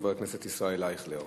חבר הכנסת ישראל אייכלר.